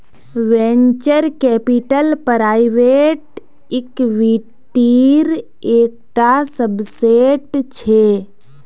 venture capital private इक्विटीर एक टा सबसेट छे